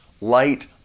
light